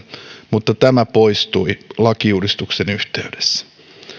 mutta tämä poistui lakiuudistuksen yhteydessä maa ja